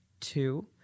two